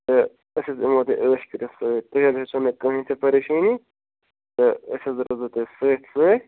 تہٕ أسۍ حظ یِمو تۄہہِ ٲش کٔرِتھ سۭتۍ تُہۍ حظ ہیٚزیٚو نہٕ کہیٖنٛۍ تہِ پریشٲنی تہٕ أسۍ حظ روزو تۄہہِ سۭتۍ سۭتۍ